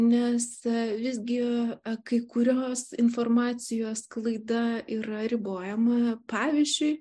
nes visgi kai kurios informacijos sklaida yra ribojama pavyzdžiui